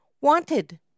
Wanted